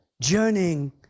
journeying